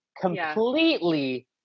completely